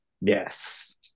Yes